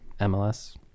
MLS